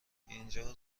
اینجا